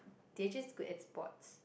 they are just good at sports